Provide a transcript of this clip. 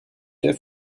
der